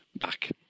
back